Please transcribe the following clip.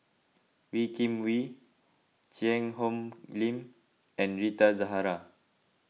Wee Kim Wee Cheang Hong Lim and Rita Zahara